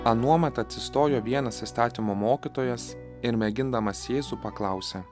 anuomet atsistojo vienas įstatymo mokytojas ir mėgindamas jėzų paklausė